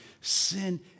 sin